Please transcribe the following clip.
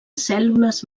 cèl·lules